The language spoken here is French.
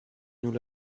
nous